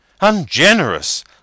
Ungenerous